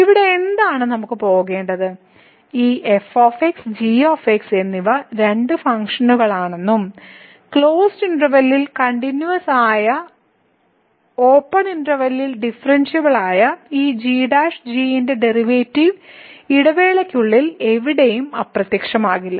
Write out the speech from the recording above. ഇവിടെ എന്താണ് നമുക്ക് പോകേണ്ടത് ഈ f g എന്നിവ രണ്ട് ഫംഗ്ഷനുകളാണെന്നും ക്ലോസ്ഡ് ഇന്റെർവെല്ലിൽ കണ്ടിന്യൂവസ് ആയ a b ആണെന്നും ഓപ്പൺ ഇന്റെർവെല്ലിൽ a b ഈ g' g ന്റെ ഡെറിവേറ്റീവ് ഇടവേളയ്ക്കുള്ളിൽ എവിടെയും അപ്രത്യക്ഷമാകില്ല